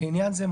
לעניין זה,